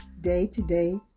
day-to-day